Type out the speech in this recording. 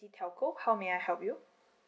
telco how may I help you